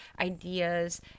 ideas